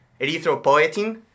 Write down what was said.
erythropoietin